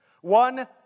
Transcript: one